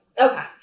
Okay